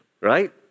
right